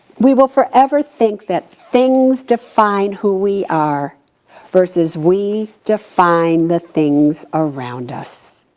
we will forever think that things define who we are versus we define the things around us.